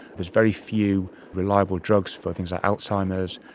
there's very few reliable drugs for things like alzheimer's,